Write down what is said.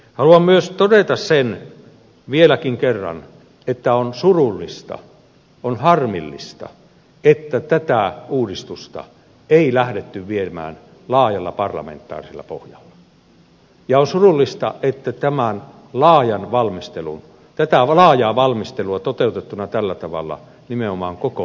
haluan myös todeta sen vieläkin kerran että on surullista on harmillista että tätä uudistusta ei lähdetty viemään laajalla parlamentaarisella pohjalla ja on surullista että tätä laajaa valmistelua toteutettuna tällä tavalla nimenomaan kokoomus ei halunnut